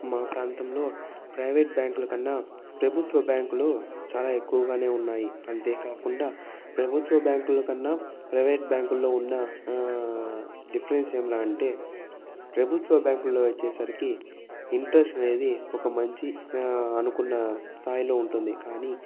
మా ప్రాంతంలో ప్రైవేట్ బ్యాంకులు కన్నా ప్రభుత్వ బ్యాంకులు చాలా ఎక్కువగానే ఉన్నాయి అంతే కాకుండా ప్రభుత్వ బ్యాంకుల కన్నా ప్రైవేట్ బ్యాంకుల్లో ఉన్న డిఫరెన్స్ ఏమిరా అంటే ప్రభుత్వ బ్యాంకుల్లో వచ్చేసరికి ఇంట్రెస్ట్ అనేది ఒక మంచి అనుకున్న స్థాయిలో ఉంటుంది కానీ